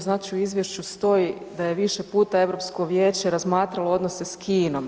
Znači u izvješću stoji da je više puta Europsko vijeće razmatralo odnose sa Kinom.